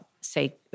say